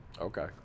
Okay